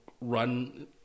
run